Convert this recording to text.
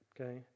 Okay